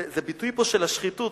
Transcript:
זה ביטוי פה של שחיתות.